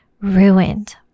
ruined